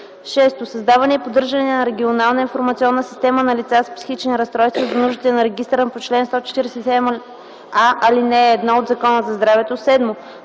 6. създаване и поддържане на регионална информационна система на лица с психични разстройства за нуждите на регистъра по чл. 147а, ал. 1 от Закона за здравето; 7.